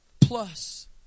plus